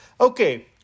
Okay